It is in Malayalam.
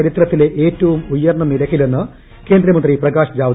ചരിത്രത്തില്ല് ഏറ്റവും ഉയർന്ന നിരക്കിലെന്ന് കേന്ദ്രമന്ത്രി പ്രകാശ് ജാവ്ദേക്കർ